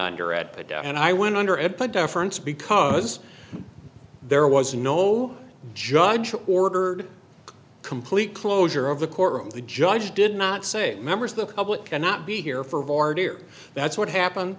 under ed and i went under and put deference because there was no judge ordered a complete closure of the courtroom the judge did not say members of the public cannot be here for border that's what happened